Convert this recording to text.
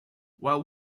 while